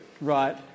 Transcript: right